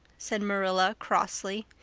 said marilla crossly.